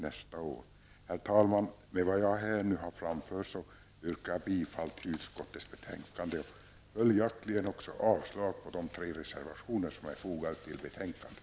Herr talman! Med det anförda yrkar jag bifall till utskottets hemställan och följaktligen avslag på de tre reservationer som är fogade vid betänkandet.